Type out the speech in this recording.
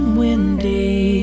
windy